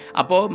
apo